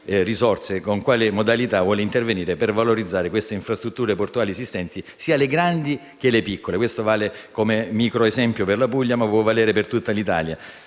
con quali modalità vuole intervenire per valorizzare le infrastrutture portuali esistenti, sia le grandi che le piccole. Questo vale come micro esempio per la Puglia, ma può valere per tutta l'Italia.